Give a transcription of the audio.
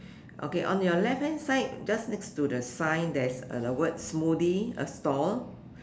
okay on your left hand side just next to the sign there is a the word smoothie a stall